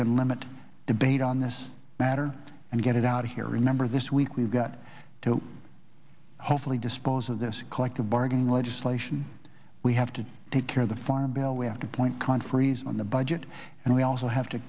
can limit debate on this matter and get it out of here remember this week we've got to hopefully dispose of this collective bargaining legislation we have to take care of the farm bill we have to point conferees on the budget and we also have to